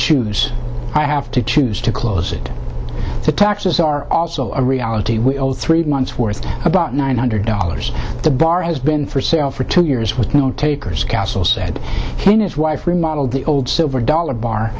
choose i have to choose to close it the taxes are also a reality we all three months worth about nine hundred dollars the bar has been for sale for two years with no takers castle said when it's wife remodeled the old silver dollar